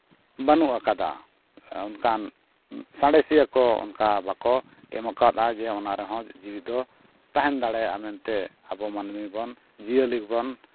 ᱵᱟᱹᱱᱩᱜ ᱟᱠᱟᱫᱟ ᱚᱱᱠᱟᱱ ᱥᱟᱬᱮᱥᱤᱭᱟᱹ ᱠᱚ ᱚᱱᱠᱟ ᱵᱟᱠᱚ ᱮᱢᱟᱠᱟᱣᱟᱫᱼᱟ ᱡᱮ ᱚᱱᱟ ᱨᱮᱦᱚᱸ ᱡᱤᱣᱤᱫᱚ ᱛᱟᱦᱮᱱ ᱫᱟᱲᱮᱭᱟᱜᱼᱟ ᱢᱮᱱᱛᱮ ᱟᱵᱚ ᱢᱟᱱᱢᱤ ᱵᱚᱱ ᱡᱤᱭᱟᱹᱞᱤ ᱠᱚᱵᱚᱱ